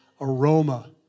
aroma